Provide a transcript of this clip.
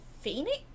phoenix